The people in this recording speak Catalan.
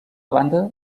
banda